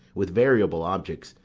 with variable objects,